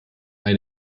ein